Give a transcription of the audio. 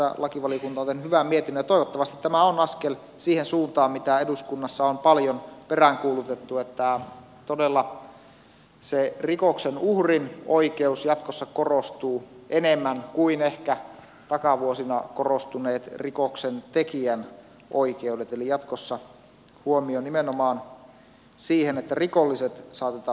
lakivaliokunta on tehnyt hyvän mietinnön ja toivottavasti tämä on askel siihen suuntaan mitä eduskunnassa on paljon peräänkuulutettu että todella se rikoksen uhrin oikeus jatkossa korostuu enemmän kuin ehkä takavuosina korostuneet rikoksentekijän oikeudet eli jatkossa huomio nimenomaan siihen että rikolliset saatetaan vastuuseen teoistaan